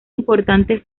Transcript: importante